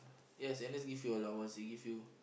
yes N_S give you allowance they give you